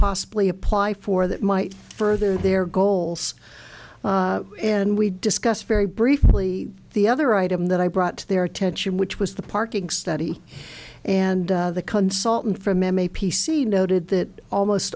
possibly apply for that might further their goals and we discussed very briefly the other item that i brought to their attention which was the parking study and the consultant from p c noted that almost